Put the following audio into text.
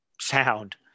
sound